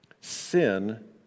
sin